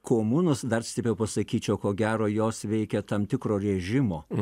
komunos dar stipriau pasakyčiau ko gero jos veikia tam tikro režimo